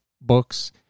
books